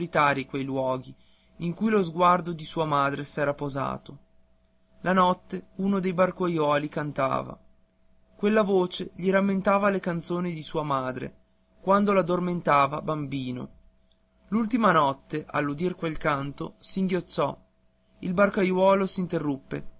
quei luoghi in cui lo sguardo di sua madre s'era posato la notte uno dei barcaiuoli cantava quella voce gli rammentava le canzoni di sua madre quando l'addormentava bambino l'ultima notte all'udir quel canto singhiozzò il barcaiuolo